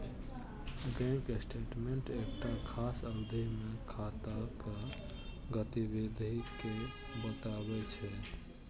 bank statement एकटा खास अवधि मे खाताक गतिविधि कें बतबै छै